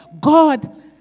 God